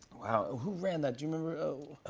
wow. who ran that? do you remember?